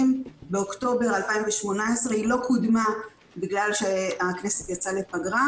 באוקטובר 2018. היא לא קודמה כי הכנסת יצאה לפגרה,